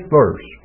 verse